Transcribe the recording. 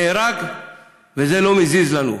נהרג וזה לא מזיז לנו.